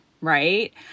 right